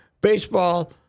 baseball